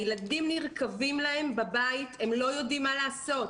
הילדים נרקבים בבית והם לא יודעים מה לעשות.